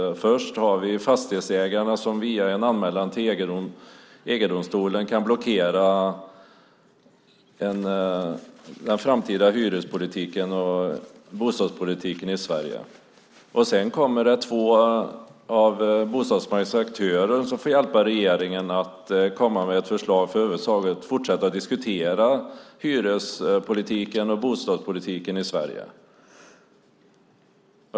Först har vi Fastighetsägarna som via en anmälan till EG-domstolen kan blockera den framtida hyrespolitiken och bostadspolitiken i Sverige. Sedan kommer två av bostadsmarknadens aktörer som får hjälpa regeringen att komma med ett förslag för att man över huvud taget ska fortsätta att diskutera hyrespolitiken och bostadspolitiken i Sverige.